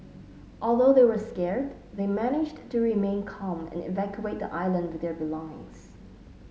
although they were scared they managed to remain calm and evacuate the island with their belongings